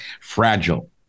fragile